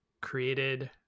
created